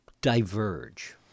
diverge